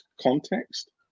context